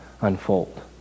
unfold